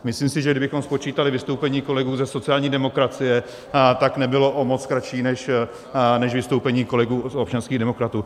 Myslím si, že kdybychom spočítali vystoupení kolegů ze sociální demokracie, tak nebylo o moc kratší než vystoupení kolegů občanských demokratů.